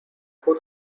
فود